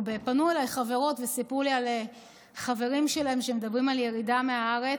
פנו אליי חברות וסיפרו לי על חברים שלהן שמדברים על ירידה מהארץ.